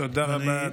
תודה רבה,